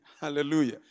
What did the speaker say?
Hallelujah